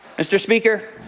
mr. speaker,